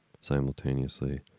simultaneously